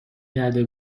کرده